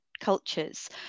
cultures